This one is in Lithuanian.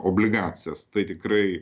obligacijas tai tikrai